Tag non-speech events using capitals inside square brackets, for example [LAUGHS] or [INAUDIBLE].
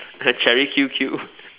[LAUGHS] cherry Q_Q [LAUGHS]